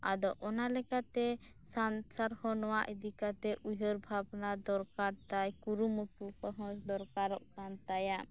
ᱟᱫᱚ ᱚᱱᱟ ᱞᱮᱠᱟᱛᱮ ᱥᱚᱨᱠᱟᱨ ᱦᱚᱸ ᱱᱚᱣᱟ ᱤᱫᱤ ᱠᱟᱛᱮᱫ ᱩᱭᱦᱟᱹᱨ ᱵᱷᱟᱵᱽᱱᱟ ᱫᱚᱨᱠᱟᱨ ᱛᱟᱭ ᱠᱩᱨᱩᱢᱩᱴᱩ ᱠᱚᱦᱚᱸ ᱫᱚᱨᱠᱟᱨᱚᱜ ᱠᱟᱱ ᱛᱟᱭᱟ